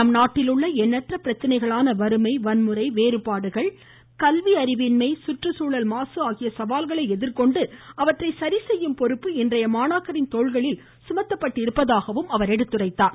நம்நாட்டில் உள்ள எண்ணற்ற பிரச்சனைகளான வறுமை வன்முறை வேறுபாடுகள் கல்வி அறிவின்மை சுற்றுச்சூழல் மாசு ஆகிய சவால்களை எதிர்கொண்டு அவற்றை சரிசெய்யும் பொறுப்பு இன்றைய மாணாக்கரின் தோள்களில் உள்ளதாக அவர் சுட்டிக்காட்டினார்